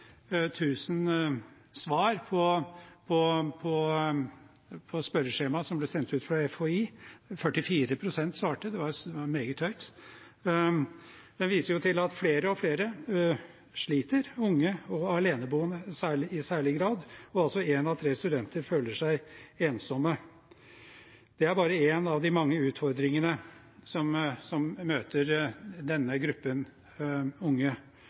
svar på spørreskjemaet som ble sendt ut fra FHI – 44 pst. svarte, det var meget høyt – viste at flere og flere sliter, unge og aleneboende i særlig grad, og at én av tre studenter føler seg ensom. Det er bare en av de mange utfordringene som møter denne gruppen unge,